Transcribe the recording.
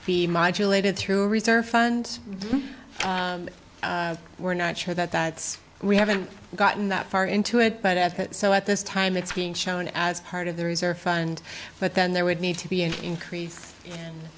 fee modulator through a reserve fund we're not sure that that we haven't gotten that far into it but so at this time it's being shown as part of the reserve fund but then there would need to be an increase in